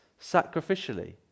sacrificially